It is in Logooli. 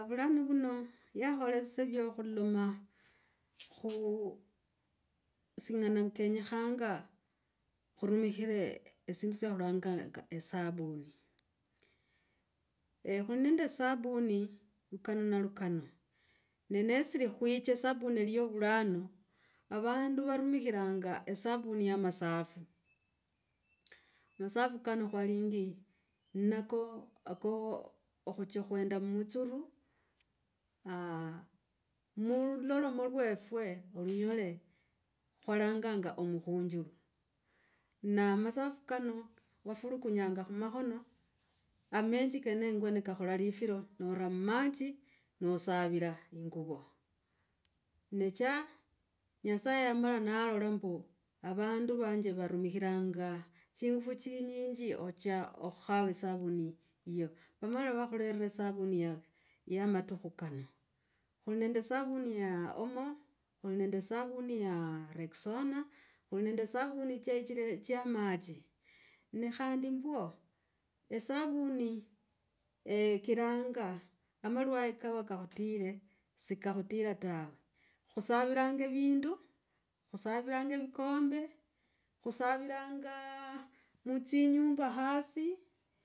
Avulana vuna yakhola visa vyo khulalama khu singana kenya khanga khurumikhire sindu syakhulanganga esabuni khuli nende esabuni lukano na lukano na nesiri khuicha sabuni lya vulana, avandu varumikhiranga esabuni ya masafu, masafu kano khwalingi nako, ko khucha khwenda mutsuru aah, mulolome lwetwe olunyole. Khwalanganga omukhunju na masafu kano wafulukunyanga khu makhono, amechi kene ngwe nikakhola lifira nora mumachi nosavira inguvo necha nyasaye yamala nalola mbu auandu vanjo varumikhiranga chingufu chinyingi ocha khukhava esavuni iyo, vamala vakhulerne esavuni ya ya matukhu kana. Khuli nende easavuni ya omo. Khuli nendo esavuni ya rexona, khuli nende esavuni chechile cha machi ne khandi mbwo, esavuni eekiranga amalwole kava kakhutile sikakhutila tawe, khusaviranga vindu, khusaviranga vikombe, khusaviranga mutsinyumba hasi.